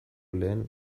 lehen